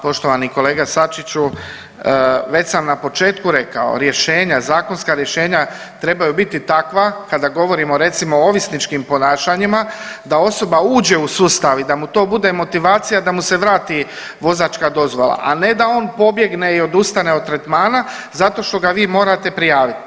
Poštovani kolega Sačiću već sam na početku rekao, rješenja, zakonska rješenja trebaju biti takva kada govorimo recimo o ovisničkim ponašanjima da osoba uđe u sustav i da u to bude motivacija da mu se vrati vozačka dozvola, a ne da on pobjegne i odustane od tretmana zato što ga vi morate prijaviti.